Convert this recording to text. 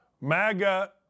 MAGA